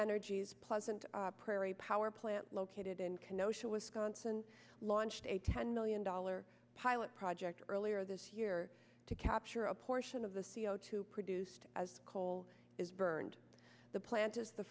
energies pleasant prairie power plant located in konoha wisconsin launched a ten million dollar pilot project earlier this year to capture a portion of the c o two produced as coal is burned the plant is the